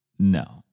No